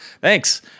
thanks